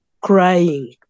crying